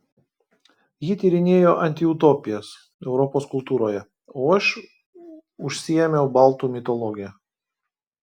ji tyrinėjo antiutopijas europos kultūroje o aš užsiėmiau baltų mitologija